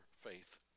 faith